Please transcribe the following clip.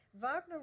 Wagner